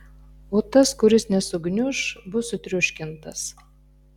o tas kuris nesugniuš bus sutriuškintas